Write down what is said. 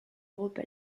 europa